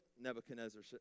Nebuchadnezzar